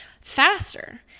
faster